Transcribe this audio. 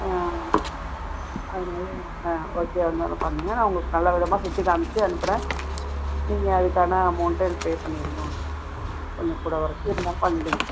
அதனால ஆ ஓகே வந்தொவுன்னே பண்ணுங்க நான் உங்களுக்கு நல்ல விதமாக சுற்றி காமிச்சி அனுப்புகிறேன் நீங்கள் அதுக்கான அமௌண்ட்டும் எனக்கு பே பண்ணிடுங்க ஒன்றும் கொஞ்சம் கூட குறைச்சி இருந்தாலும் பண்ணிவிடுங்க